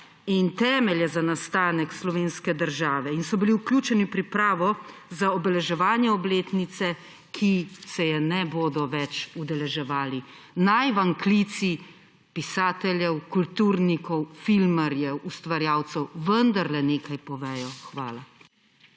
in temelje za nastanek slovenske države in so bili vključeni v pripravo za obeleževanje obletnice, ki se je ne bodo več udeleževali. Naj vam klici pisateljev, kulturnikov, filmarjev, ustvarjalcev vendarle nekaj povedo. Hvala.